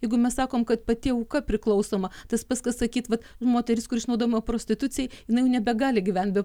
jeigu mes sakom kad pati auka priklausoma tas pats kas sakyti vat moteris kuri išnaudojama prostitucijai jau nebegali gyvent be